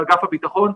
באגף הביטחון,